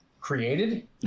created